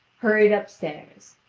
hurried upstairs.